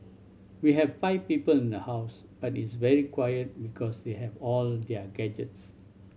we have five people in the house but it's very quiet because they have all their gadgets